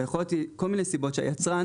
אבל יכולות להית כל מיני סיבות שהיצרן